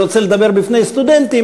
ולכן הוא רוצה לדבר בפני סטודנטים,